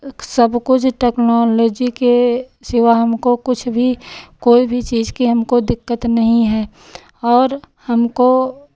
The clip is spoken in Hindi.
सब कुछ टेक्नोलॉजी के सिवा हमको कुछ भी कोई भी चीज़ की हमको दिक्कत नहीं है और हमको